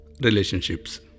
relationships